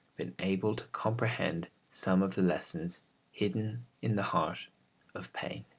been able to comprehend some of the lessons hidden in the heart of pain.